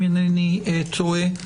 אם אינני טועה,